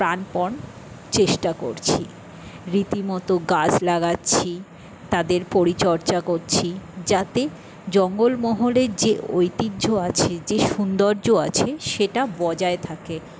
প্রাণপণ চেষ্টা করছি রীতিমতো গাছ লাগাচ্ছি তাদের পরিচর্যা করছি যাতে জঙ্গলমহলের যে ঐতিহ্য আছে যে সৌন্দর্য আছে সেটা বজায় থাকে